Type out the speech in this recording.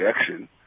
action